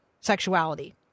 Sexuality